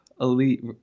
elite